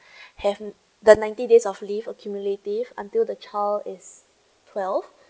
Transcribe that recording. have the ninety days of leave accumulative until the child is twelve